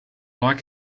like